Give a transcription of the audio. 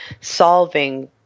solving